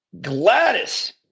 Gladys